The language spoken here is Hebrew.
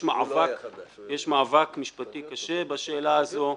בסופו של דבר, יש מאבק משפטי קשה בשאלה הזו.